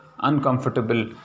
uncomfortable